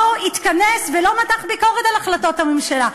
התכנס ולא מתח ביקורת על החלטות הממשלה.